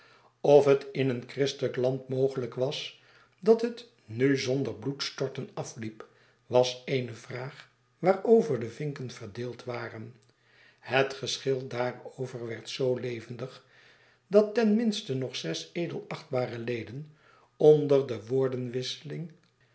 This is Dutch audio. of het in een christelijk land mogelijk was dat het nuzonder bloedstorten afliep was eene vraag waarover de vinken verdeeld waren het geschil daarover werd zoo levendig dat ten minste nog zes edelachtbare leden onder de woordenwisseling